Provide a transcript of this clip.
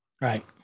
Right